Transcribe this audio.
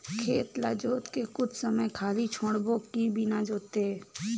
खेत ल जोत के कुछ समय खाली छोड़बो कि बिना जोते?